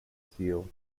steel